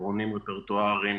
תיאטרונים רפרטואריים,